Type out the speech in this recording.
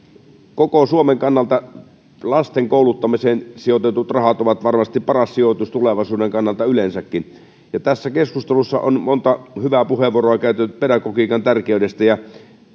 koko suomen kannalta lasten kouluttamiseen sijoitetut rahat ovat varmasti paras sijoitus tulevaisuuden kannalta yleensäkin tässä keskustelussa on monta hyvää puheenvuoroa käytetty pedagogiikan tärkeydestä ja